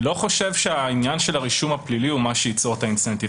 חושבים שהעניין של הרישום הפלילי הוא מה שייצור את התמריץ,